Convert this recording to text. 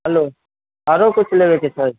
हलो आरु किछु लेबयके छै